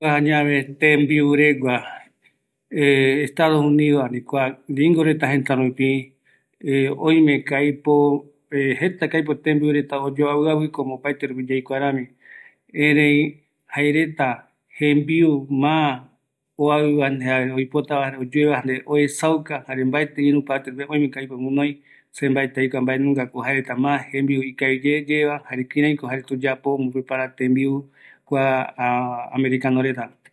﻿Kua añave tembiu reta Estado Unido, ani kua Gringo reta jëta rupi oime, oimeko aipo, jetako aipo tembiureta oyoavi, komo opaerte rupi yaikuarami, erei jaereta jembiu ma oaiuva, ani jae oipotava oyueva, jare oesauka jare oimeko aipo irü partepe gujinoi mbaenungako jaereta tembiu ma ikaviyeyeva, jare kiraiko jaereta omboprepara tembiu, kua amerikano reta